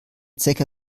zecke